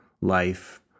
life